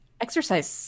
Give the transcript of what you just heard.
Exercise